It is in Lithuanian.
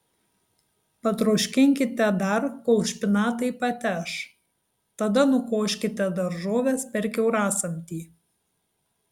patroškinkite dar kol špinatai pateš tada nukoškite daržoves per kiaurasamtį